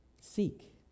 Seek